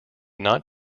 not